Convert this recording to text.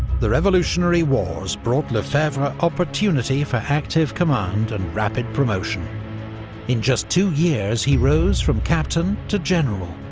the revolutionary wars brought lefebvre opportunity for active command and rapid promotion in just two years he rose from captain to general,